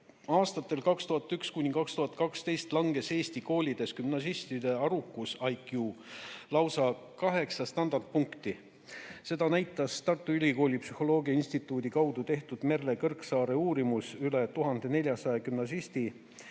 Aastatel 2001 kuni 2012 langes eesti koolides gümnasistide arukus (IQ) lausa 8 standardpunkti. Seda näitas TÜ Psühholoogia Instituudi kaudu tehtud Merle Kõrgesaare uurimus üle 1400